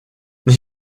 you